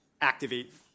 activate